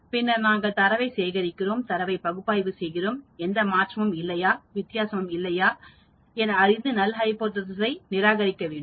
பின்னர் நாங்கள் தரவை சேகரிக்கிறோம் தரவை பகுப்பாய்வு செய்கிறோம்எந்த மாற்றமும் இல்லை யா வித்தியாசமும் இல்லையா என அறிந்து நல் ஹைபோதேசிஸ் ஐ நிராகரிக்க வேண்டும்